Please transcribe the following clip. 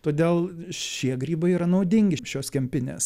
todėl šie grybai yra naudingi šios kempinės